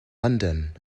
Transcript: london